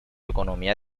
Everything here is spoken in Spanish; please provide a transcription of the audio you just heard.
economía